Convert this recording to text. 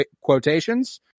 quotations